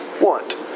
want